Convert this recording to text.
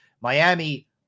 Miami